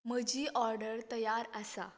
म्हजी ऑर्डर तयार आसा